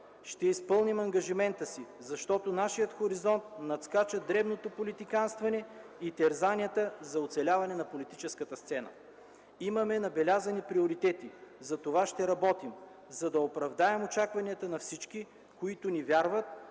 Ще изпълним ангажимента си, защото нашият хоризонт надскача дребното политиканстване и терзанията за оцеляване на политическата сцена. Имаме набелязани приоритети – за това ще работим, за да оправдаем очакванията на всички, които ни вярват,